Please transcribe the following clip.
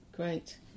Great